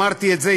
אמרתי את זה,